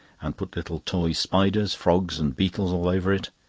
and put little toy spiders, frogs and beetles all over it,